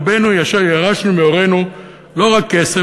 רובנו ירשנו מהורינו לא רק כסף,